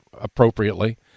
appropriately